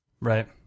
Right